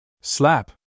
Slap